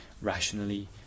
rationally